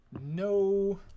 no